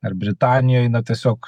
ar britanijoj na tiesiog